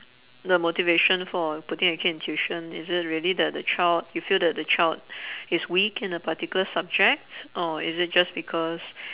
the motivation for putting the kid in tuition is it really that the child you feel that the child is weak in a particular subject or is it just because